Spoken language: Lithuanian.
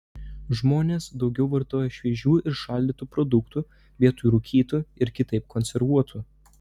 žmonės daugiau vartoja šviežių ir šaldytų produktų vietoj rūkytų ir kitaip konservuotų